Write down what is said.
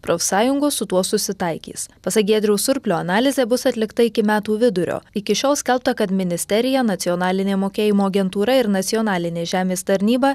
profsąjungos su tuo susitaikys pasak giedriaus surplio analizė bus atlikta iki metų vidurio iki šiol skelbta kad ministerija nacionalinė mokėjimo agentūra ir nacionalinė žemės tarnyba